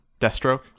Deathstroke